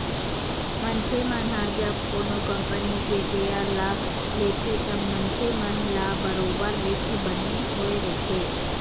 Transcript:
मनखे मन ह जब कोनो कंपनी के सेयर ल लेथे तब मनखे मन ल बरोबर रिस्क बने होय रहिथे